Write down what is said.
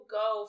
go